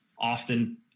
often